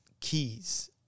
keys